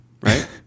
Right